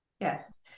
Yes